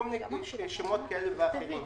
כל מיני שמות כאלה ואחרים.